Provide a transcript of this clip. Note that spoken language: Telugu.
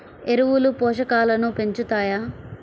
ఎరువులు పోషకాలను పెంచుతాయా?